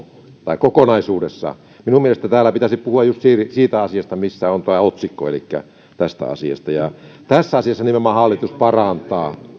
tai kokonaisuudessa niin minun mielestäni täällä pitäisi puhua just siitä asiasta mikä on tämä otsikko eli tästä asiasta tässä asiassa nimenomaan hallitus parantaa